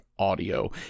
audio